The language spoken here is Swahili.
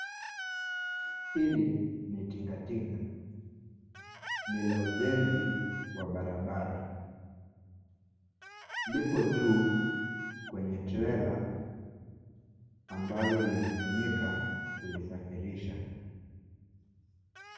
Hili ni tingatinga, ni la ujenzi wa barabara. Lipo juu kwenye trela ambalo linatumika kulisafirisha.